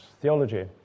theology